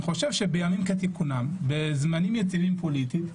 אני חושב בימים כתיקונם ובזמנים יציבים פוליטיים,